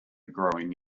growing